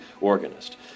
organist